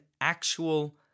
actual